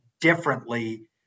differently